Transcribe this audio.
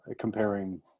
comparing